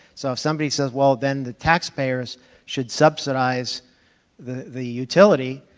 so if somebody says, well, then, the taxpayers should subsidize the the utility,